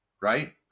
Right